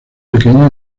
pequeño